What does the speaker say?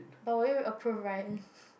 but will you approve Ryan